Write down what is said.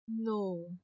No